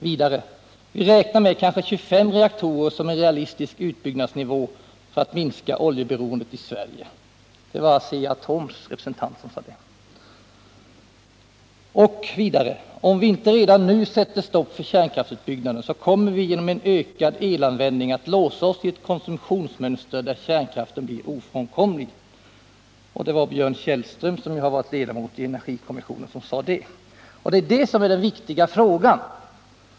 ”Vi räknar med kanske 25 reaktorer som en realistisk utbyggnadsnivå för att minska oljeberoendet i Sverige”, sade Asea-Atoms representant. ”Om vi inte redan nu sätter stopp för kärnkraftsutbyggnaden, så kommer vi genom en ökad elanvändning att låsa oss till ett konsumtionsmönster där kärnkraften blir ofrånkomlig”, sade Björn Kjellström som ju varit ledamot i energikommissionen. Det är detta som är det viktiga.